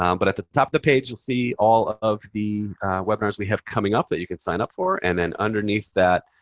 um but at the top of the page, you'll see all of the webinars we have coming up that you can sign up for. and then underneath that,